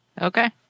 Okay